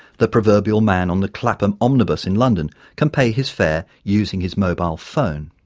the proverbial man on the clapham omnibus in london can pay his fare using his mobile phone.